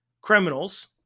Criminals